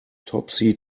topsy